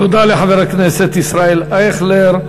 תודה לחבר הכנסת ישראל אייכלר.